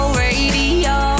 radio